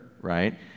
right